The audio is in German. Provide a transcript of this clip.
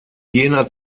jener